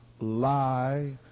lie